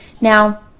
now